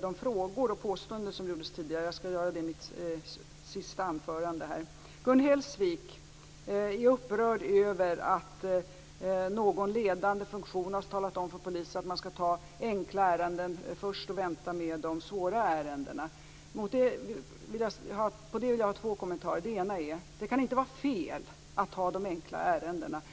de frågor och påståenden som gjordes. Jag skall göra det i mitt sista anförande. Gun Hellsvik är upprörd över att någon ledande funktion har talat om för polisen att man skall ta enkla ärenden först och vänta med de svåra ärendena. Till det har jag två kommentarer. Den ena är att det inte kan vara fel att ta de enkla ärendena först.